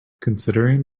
considering